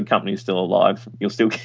ah company's still alive, you'll still